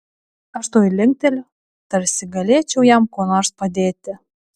aš tuoj linkteliu tarsi galėčiau jam kuo nors padėti